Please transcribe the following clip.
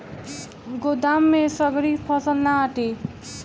गोदाम में सगरी फसल ना आटी